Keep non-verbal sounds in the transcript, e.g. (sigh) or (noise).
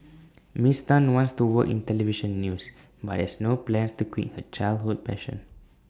(noise) miss Tan wants to work in Television news but has no plans to quit her childhood passion